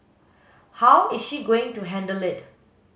how is she going to handle it